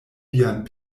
vian